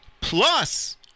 plus